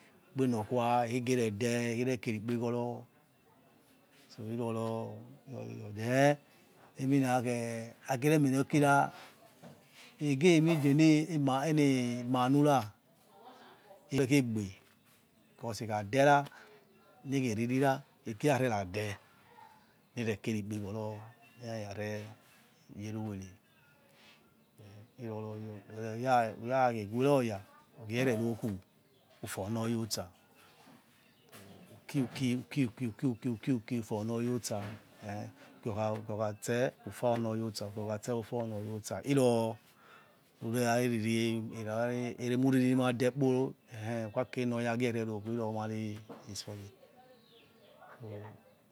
Ukpe nor khwa ikhegerede ukhere keri ikpeghoror so uroro oyor then eminakhe ageremie onorkira egeh mem dene eni manu rar rirekhegbe cause ekhaderah nekhe ririrah egerareradeh nerekeri ikpeghoror nerarare yeru u were iroroyor era ura eweroya phie rerokhubu ufonoya otsa uki uki uki uki uki ufo onoya otsa uki okhatse ufw onoya otsa oki okhatse ufa onoya otsa uroro u're are riri urari emuriri niwa dekpo eh ukhakerenoya giererokhu iro mari retsor